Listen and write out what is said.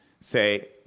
Say